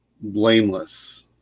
blameless